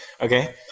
Okay